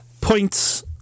points